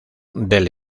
del